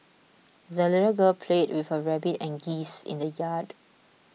the little girl played with her rabbit and geese in the yard